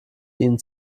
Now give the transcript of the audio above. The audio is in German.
ihnen